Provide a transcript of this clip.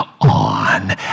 on